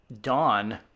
Dawn